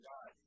God